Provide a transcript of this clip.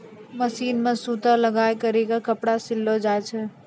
machine मे सूता लगाय करी के कपड़ा सिलो जाय छै